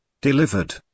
Delivered